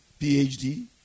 PhD